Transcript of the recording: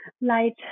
light